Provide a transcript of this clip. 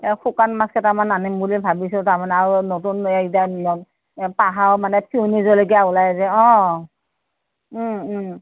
এই শুকান মাছ কেইটামান আনিম বুলি ভাবিছোঁ তাৰমানে আৰু আৰু নতুন এই যে পাহাৰৰ পুৰণি জলকীয়া ওলায় যে অ ওম ওম